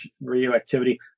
radioactivity